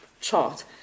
chart